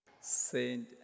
Saint